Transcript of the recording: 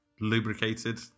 lubricated